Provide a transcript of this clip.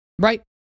right